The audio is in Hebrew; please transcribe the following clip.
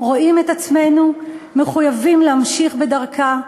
רואים את עצמנו מחויבים להמשיך בדרכה,